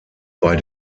bei